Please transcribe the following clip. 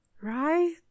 Right